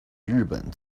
日本